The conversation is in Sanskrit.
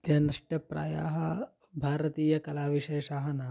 ते नष्टप्रायाः भारतीयकलाविशेषाः नाम